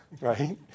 right